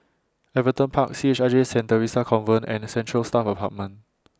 Everton Park C H I J Saint Theresa's Convent and Central Staff Apartment